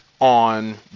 on